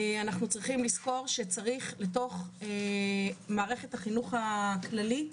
אנחנו צריכים לאפשר כמה שיותר טיפולים לתוך מערכת החינוך הכללית,